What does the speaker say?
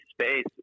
space